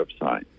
website